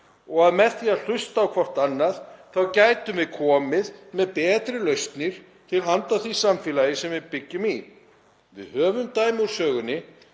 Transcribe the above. og að með því að hlusta á hvert annað gætum við komið með betri lausnir til handa því samfélagi sem við búum í. Við höfum dæmi úr sögunni,